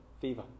fever